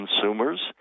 consumers